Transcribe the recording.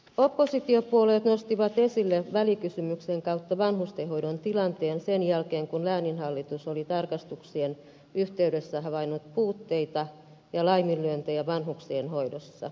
oppositiopuolueet nostivat esille välikysymyksen kautta vanhustenhoidon tilanteen sen jälkeen kun lääninhallitus oli tarkastuksien yhteydessä havainnut puutteita ja laiminlyöntejä vanhuksien hoidossa